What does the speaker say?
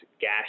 gas